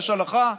יש הלכה,